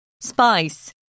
Spice